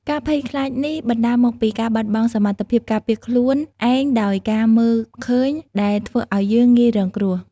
ការភ័យខ្លាចនេះបណ្តាលមកពីការបាត់បង់សមត្ថភាពការពារខ្លួនឯងដោយការមើលឃើញ ដែលធ្វើឲ្យយើងងាយរងគ្រោះ ។